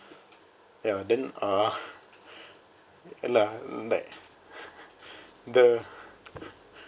ya then uh lah like the